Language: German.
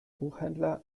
buchhändler